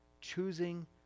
choosing